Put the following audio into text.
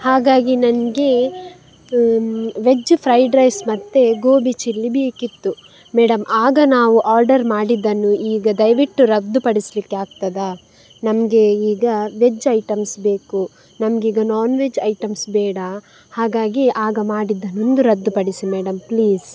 ಹಾಗಾಗಿ ನನಗೆ veg fried rice ಮತ್ತು ಗೋಬಿ ಚಿಲ್ಲಿ ಬೇಕಿತ್ತು ಮೇಡಮ್ ಆಗ ನಾವು ಆರ್ಡರ್ ಮಾಡಿದ್ದನ್ನು ಈಗ ದಯವಿಟ್ಟು ರದ್ದುಪಡಿಸಲಿಕ್ಕೆ ಆಗ್ತದಾ ನಮಗೆ ಈಗ ವೆಜ್ ಐಟಮ್ಸ್ ಬೇಕು ನಮಗೀಗ ನಾನ್ವೆಜ್ ಐಟಮ್ಸ್ ಬೇಡ ಹಾಗಾಗಿ ಆಗ ಮಾಡಿದ್ದನ್ನೊಂದು ರದ್ದುಪಡಿಸಿ ಮೇಡಮ್ ಪ್ಲೀಸ್